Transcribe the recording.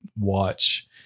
watch